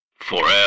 FOREVER